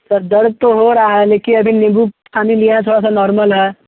sir दर्द तो हो रहा है लेकिन अभी नींबू पानी लिया है थोड़ा सा नॉर्मल है